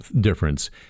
difference